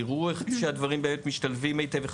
יראו איך שהדברים באמת משתלבים היטב אחד